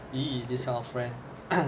!ee! this kind of friend